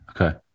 Okay